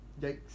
Yikes